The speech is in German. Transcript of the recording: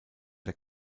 der